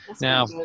now